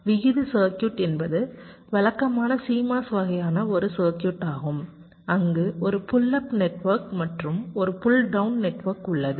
விகித சர்க்யூட் என்பது வழக்கமான CMOS வகையான ஒரு சர்க்யூட் ஆகும் அங்கு ஒரு புல் அப் நெட்வொர்க் மற்றும் ஒரு புல் டவுன் நெட்வொர்க் உள்ளது